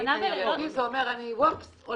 מידי זה אומר אני הולכת.